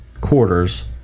quarters